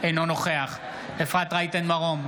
אינו נוכח אפרת רייטן מרום,